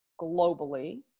globally